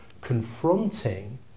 confronting